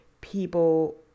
people